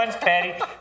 Patty